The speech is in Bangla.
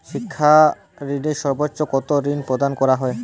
শিক্ষা ঋণে সর্বোচ্চ কতো ঋণ প্রদান করা হয়?